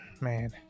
Man